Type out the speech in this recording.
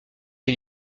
les